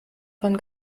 von